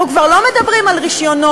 אנחנו כבר לא מדברים על רישיונות,